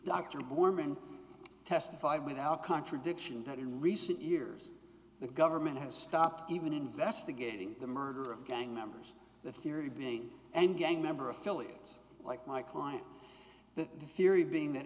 dr bormann testified without contradiction that in recent years the government has stopped even investigating the murder of gang members the theory being and gang member affiliates like my client that the theory being that